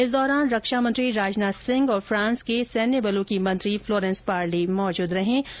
इस दौरान रक्षामंत्री राजनाथ सिंह और फ्रांस के सैन्य बलों की मंत्री फ्लोरेंस पार्ली मौजूद थीं